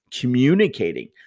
communicating